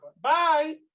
Bye